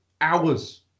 hours